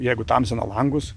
jeigu tamsina langus